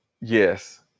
Yes